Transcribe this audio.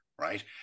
right